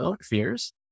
fears